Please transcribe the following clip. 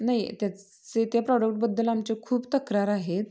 नाही त्याचंही त्या प्रॉडक्टबद्दल आमच्या खूप तक्रार आहेत